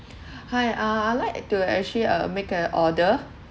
hi uh I like to actually uh make an order